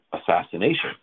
assassination